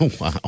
wow